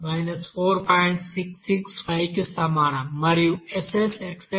665 కి సమానం మరియు SSxx విలువ 0